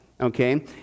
okay